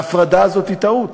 וההפרדה הזאת היא טעות.